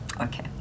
okay